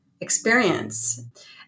experience